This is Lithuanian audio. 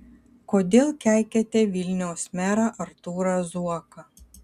kodėl keikiate vilniaus merą artūrą zuoką